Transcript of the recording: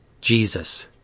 Jesus